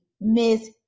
Miss